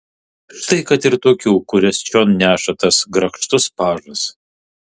štai kad ir tokių kurias čion neša tas grakštus pažas